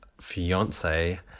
fiance